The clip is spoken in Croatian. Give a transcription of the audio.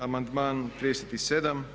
Amandman 37.